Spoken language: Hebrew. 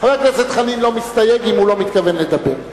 חבר הכנסת חנין לא מסתייג אם הוא לא מתכוון לדבר.